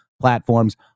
platforms